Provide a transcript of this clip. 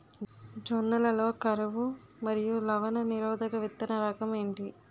జొన్న లలో కరువు మరియు లవణ నిరోధక విత్తన రకం ఏంటి?